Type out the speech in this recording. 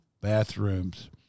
bathrooms